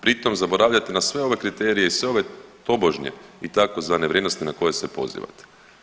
Pritom zaboravljate na sve ove kriterije i sve ove tobožnje i tzv. vrijednosti na koje se pozivate.